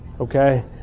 okay